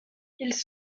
ils